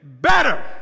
better